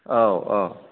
औ औ